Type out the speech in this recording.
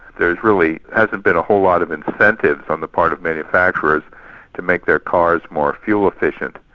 there really hasn't been a whole lot of incentive on the part of manufacturers to make their cars more fuel-efficient.